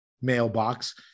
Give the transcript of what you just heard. mailbox